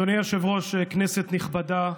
אדוני היושב-ראש, כנסת נכבדה,